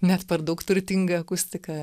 net per daug turtinga akustika